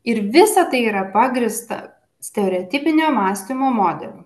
ir visa tai yra pagrįsta stereotipinio mąstymo modeliu